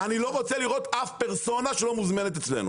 אני לא רוצה לראות אף פרסונה שלא מוזמנת אצלנו.